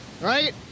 right